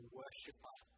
worshiper